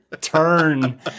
turn